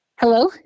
Hello